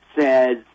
says